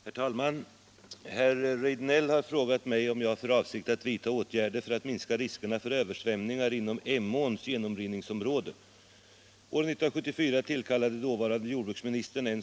Herr talman! Herr Rejdnell har frågat mig om jag har för avsikt att vidtaga åtgärder för att minska riskerna för översvämningar inom Emåns genomrinningsområde.